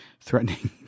threatening